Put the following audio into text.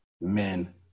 men